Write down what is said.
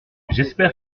j’espère